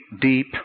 deep